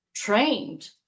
trained